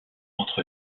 entre